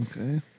Okay